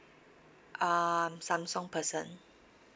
um samsung person